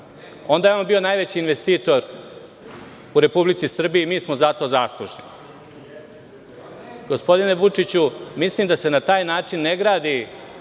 onda je on bio najveći investitor u Republici Srbiji i mi smo zato zaslužni. Gospodine Vučiću, mislim da se na taj način, ne gradi